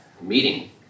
meeting